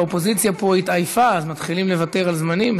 האופוזיציה פה התעייפה אז מתחילים לוותר על זמנים,